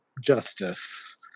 justice